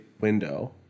window